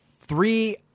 three